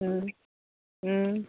ꯎꯝ ꯎꯝ